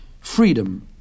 Freedom